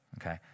Okay